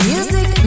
Music